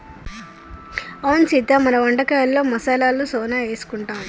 అవును సీత మన వంటకాలలో మసాలాలు సానా ఏసుకుంటాం